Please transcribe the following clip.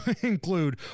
include